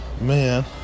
man